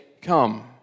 come